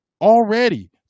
already